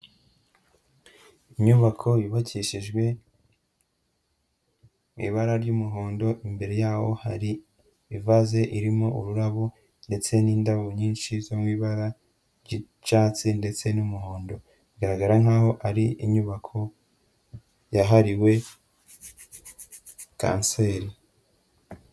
Inyubako yubakishijwe mu ibara ry'umuhondo, imbere yaho hari ivaze irimo ururabo ndetse n'indabo nyinshi zo mu ibara ry'icyatsi ndetse n'umuhondo, bigaragara nkaho ari inyubako yahariwe Kanseri.